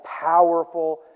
powerful